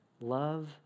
love